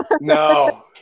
No